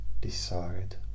decide